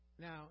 now